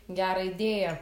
gerą idėją